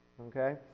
okay